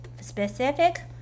specific